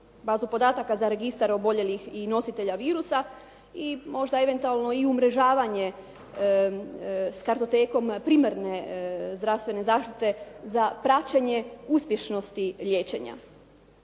bazu podataka za registar oboljelih i nositelja virusa i možda eventualno i umrežavanje s kartotekom primarne zdravstvene zaštite za praćenje uspješnosti liječenja.